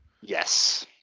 Yes